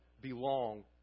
belong